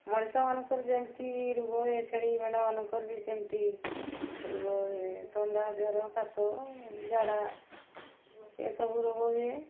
ମଣିଷମାନଙ୍କର ଯେମିତି ରୋଗ ହୁଏ ଛେଳି ମେଣ୍ଢାମାନଙ୍କର ବି ସେମିତି ରୋଗ ହୁଏ ଥଣ୍ଡା ଜ୍ୱର କାଶ ଝାଡ଼ା ଏସବୁ ରୋଗ ହୁଏ